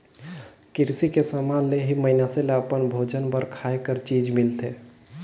किरसी के समान ले ही मइनसे ल अपन भोजन बर खाए कर चीज मिलथे